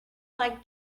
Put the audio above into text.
like